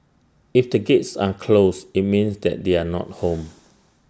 if the gates are closed IT means that they are not home